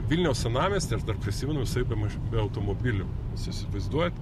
vilniaus senamiestį aš dar prisimenu visai be be automobilių įsivaizduojat